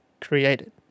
created